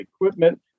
equipment